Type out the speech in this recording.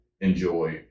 enjoy